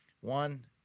One